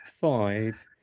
five